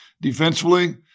defensively